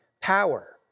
power